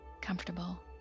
comfortable